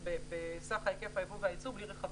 4% בסך היקף הייבוא והייצוא, בלי רכבים.